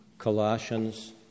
Colossians